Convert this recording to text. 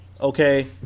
Okay